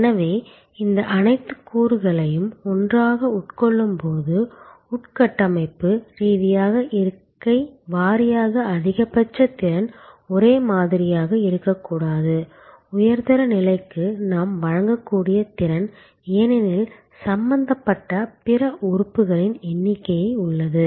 எனவே இந்த அனைத்து கூறுகளையும் ஒன்றாக உட்கொள்ளும்போது உட்கட்டமைப்பு ரீதியாக இருக்கை வாரியாக அதிகபட்ச திறன் ஒரே மாதிரியாக இருக்காது உயர்தர நிலைக்கு நாம் வழங்கக்கூடிய திறன் ஏனெனில் சம்பந்தப்பட்ட பிற உறுப்புகளின் எண்ணிக்கை உள்ளது